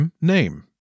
name